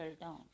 down